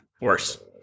Worse